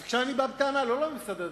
אז עכשיו אני בא בטענה לא לממסד הדתי,